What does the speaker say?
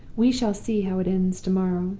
we shall see how it ends to-morrow.